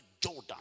Jordan